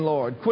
Lord